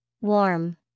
Warm